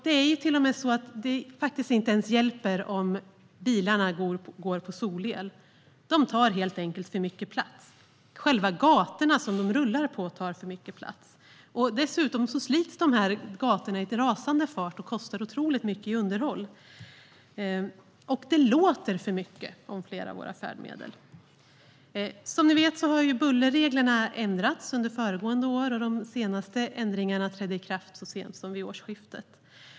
Det är till och med så att det inte hjälper om bilarna går på solel, för de tar helt enkelt för mycket plats. Själva gatorna som de rullar på tar för mycket plats. Dessutom slits gatorna i rasande fart och kostar otroligt mycket i underhåll. Det låter också alldeles för mycket om flera av våra färdmedel. Som ni vet har bullerreglerna ändrats under föregående år. De senaste ändringarna trädde i kraft så sent som vid årsskiftet.